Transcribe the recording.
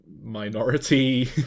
minority